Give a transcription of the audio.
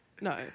no